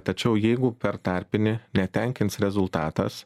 tačiau jeigu per tarpinį netenkins rezultatas